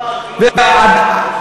הוא לא אמר כלום.